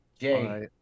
Jay